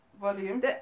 volume